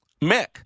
Mick